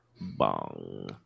Bong